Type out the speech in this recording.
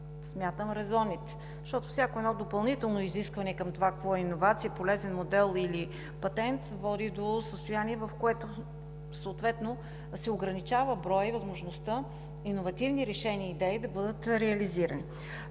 смятам, резонните. Всяко едно допълнително изискване към това какво е иновация, полезен модел или патент, води до състояние, в което се ограничава броят и възможността иновативни решения и идеи да бъдат реализирани.